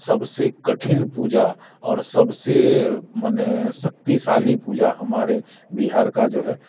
सबसे कठिन पूजा और सबसे माने शक्तिशाली पूजा हमारे बिहार का जो है